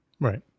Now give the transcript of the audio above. Right